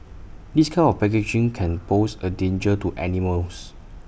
this kind of packaging can pose A danger to animals